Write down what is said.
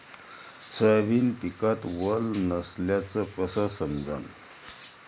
Soybean पिकात वल नसल्याचं कस समजन?